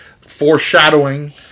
foreshadowing